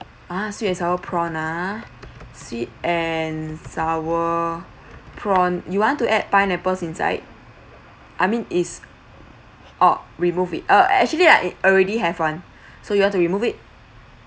ah sweet and sour prawns ah sweet and sour prawn you want to add pineapples inside I mean is orh remove it uh actually I already have one so you want to remove it